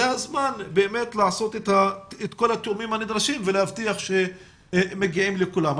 וזה הזמן לעשות את כל התיאומים הנדרשים ולהבטיח שמגיעים לכולם.